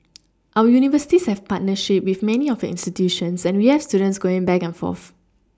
our universities have partnership with many of institutions and we have students going back and forth